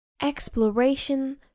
Exploration